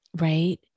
right